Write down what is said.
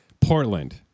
Portland